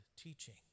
teaching